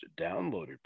downloaded